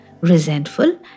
resentful